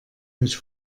mich